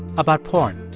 about porn.